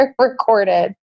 recorded